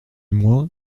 moins